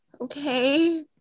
Okay